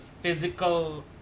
physical